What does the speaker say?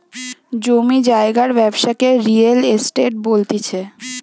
জমি জায়গার ব্যবসাকে রিয়েল এস্টেট বলতিছে